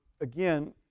again